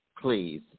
please